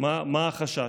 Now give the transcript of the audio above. מה החשש.